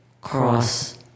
cross